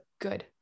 good